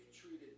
treated